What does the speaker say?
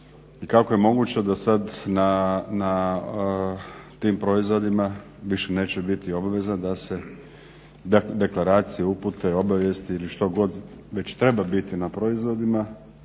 kako je moguće da sad na tim proizvodima više neće biti obaveza da se deklaracije upute obavijesti ili što god već treba biti na proizvodima.